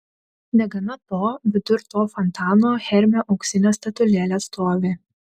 negana to vidur to fontano hermio auksinė statulėlė stovi